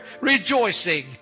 rejoicing